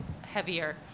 heavier